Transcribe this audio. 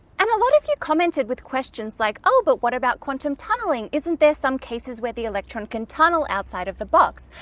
and a lot of you commented with questions like oh but what about quantum tunneling? isn't there some cases where the electron can tunnel outside of the box,